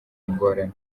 ingorane